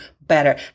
better